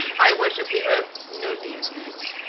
i worship the earth. no deities.